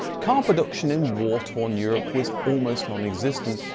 car production in war torn europe was almost non-existent,